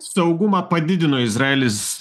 saugumą padidino izraelis